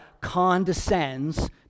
condescends